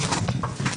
תחילה ותחולה.